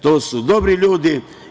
To su dobri ljudi.